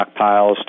stockpiles